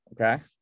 okay